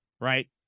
right